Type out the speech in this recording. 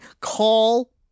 Call